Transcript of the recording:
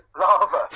lava